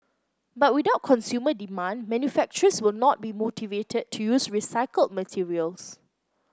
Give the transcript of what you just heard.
but without consumer demand manufacturers will not be motivated to use recycled materials